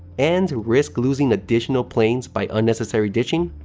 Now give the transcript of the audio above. and risk losing additional planes by unnecessary ditching?